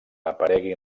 aparegui